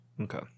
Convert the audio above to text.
okay